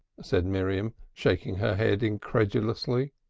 said miriam, shaking her head incredulously.